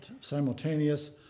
simultaneous